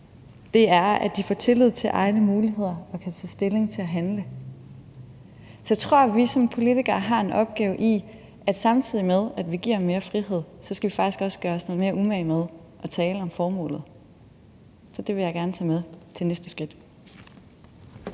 det er, at de får tillid til egne muligheder og kan tage stilling til at handle. Så jeg tror, at vi som politikere har en opgave i, at samtidig med at vi giver mere frihed, skal vi faktisk også gøre os noget mere umage med at tale om formålet, så det vil jeg gerne tage med til næste skridt.